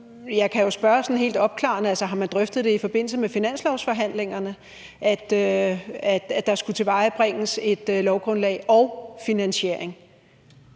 jeg kan jo spørge sådan helt opklarende: Har man drøftet det i forbindelse med finanslovsforhandlingerne, altså at der skulle tilvejebringes et lovgrundlag og en finansiering?